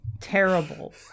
Terrible